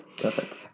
Perfect